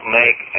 make